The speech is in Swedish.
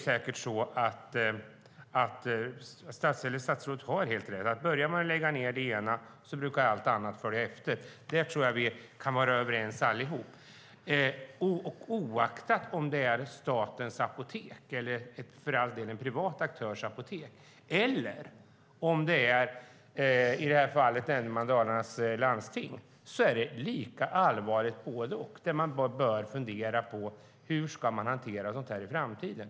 Statsrådet har helt rätt; om man börjar lägga ned det ena brukar allt annat följa efter. Där tror jag att vi kan vara överens allihop. Oavsett om det är statens apotek, en privat aktörs apotek - för all del - eller Dalarnas landsting, som i det här fallet, är det lika allvarligt. Man bör fundera på hur man ska hantera sådant här i framtiden.